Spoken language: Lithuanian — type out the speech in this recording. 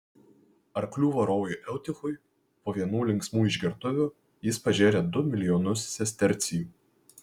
arklių varovui eutichui po vienų linksmų išgertuvių jis pažėrė du milijonus sestercijų